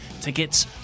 Tickets